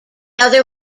other